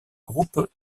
groupe